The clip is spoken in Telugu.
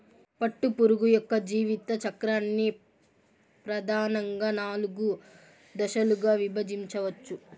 పట్టుపురుగు యొక్క జీవిత చక్రాన్ని ప్రధానంగా నాలుగు దశలుగా విభజించవచ్చు